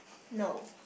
no